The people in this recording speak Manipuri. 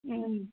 ꯎꯝ